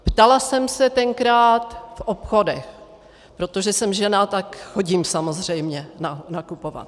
Ptala jsem se tenkrát v obchodech, protože jsem žena, tak chodím samozřejmě nakupovat.